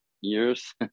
years